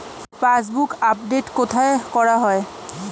Passbook update কোথায় করা হয়?